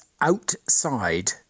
outside